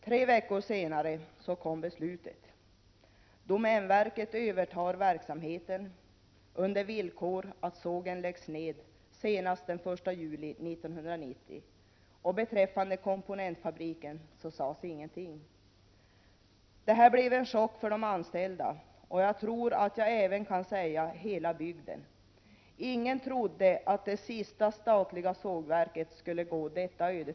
Tre veckor senare kom beslutet — domänverket övertar verksamheten på villkor att sågen läggs ned senast den 1 juli 1990. Beträffande komponentfabriken — Prot. 1987/88:34 sades ingenting. Detta blev en chock för de anställda och, jag tror att jagäven 30 november 1987 kan säga, för hela bygden. I trodde att det sista statliga sågverket skull an säga, för hela bygden.